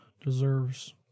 deserves